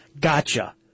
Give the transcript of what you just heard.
Gotcha